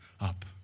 up